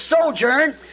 sojourn